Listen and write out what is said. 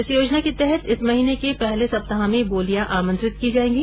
इस योजना के तहत इस महीने के पहले सप्ताह में बोलियां आमंत्रित की जाएंगी